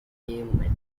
payment